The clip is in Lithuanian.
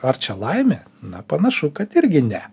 ar čia laimė na panašu kad irgi ne